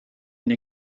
une